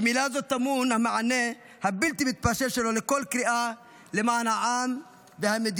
במילה זו טמון המענה הבלתי-מתפשר שלו לכל קריאה למען העם והמדינה.